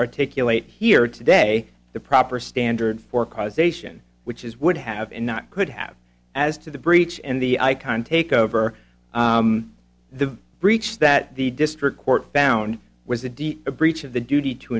articulate here today the proper standard for causation which is would have and not could have as to the breach and the icon take over the breach that the district court found was a deep a breach of the duty to